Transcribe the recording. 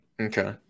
Okay